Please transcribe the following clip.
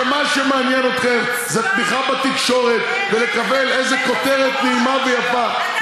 שמה שמעניין אתכם זה תמיכה בתקשורת ולקבל איזו כותרת נעימה ויפה.